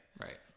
right